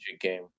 game